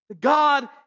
god